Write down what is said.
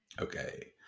Okay